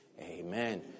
Amen